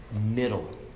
Middle